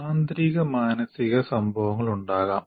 ആന്തരിക മാനസിക സംഭവങ്ങൾ ഉണ്ടാകാം